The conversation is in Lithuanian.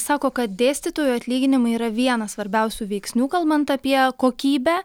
sako kad dėstytojų atlyginimai yra vienas svarbiausių veiksnių kalbant apie kokybę